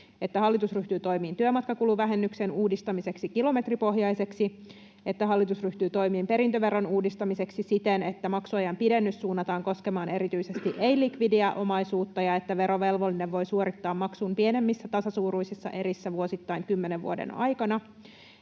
että hallitus ryhtyy toimimaan työmatkakuluvähennyksen uudistamiseksi kilometripohjaiseksi. 6. Eduskunta edellyttää, että hallitus ryhtyy toimiin perintöveron uudistamiseksi siten, että maksuajan pidennys suunnataan koskemaan erityisesti ei-likvidiä omaisuutta ja että verovelvollinen voi suorittaa maksun pienemmissä tasasuuruisissa erissä vuosittain 10 vuoden aikana.